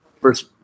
first